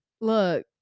Look